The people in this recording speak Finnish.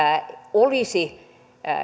olisi